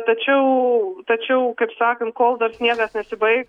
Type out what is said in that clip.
tačiau tačiau kaip sakant kol dar sniegas nesibaigs